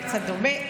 קצת דומה.